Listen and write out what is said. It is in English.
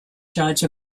judge